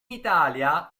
italia